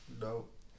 dope